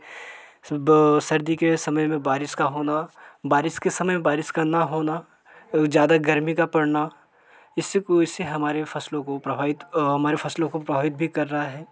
सुबह सर्दी के समय में बारिश का होना बारिश के समय बारिश का ना होना ज़्यादा गर्मी का पड़ना इससे कोई इससे हमारे फ़सलों को प्रभावित हमारे फ़सलों को प्रभावित भी कर रहा है